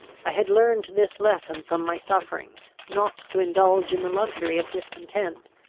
i had learned this lesson from my sufferings, not to indulge in the luxury of discontent.